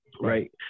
Right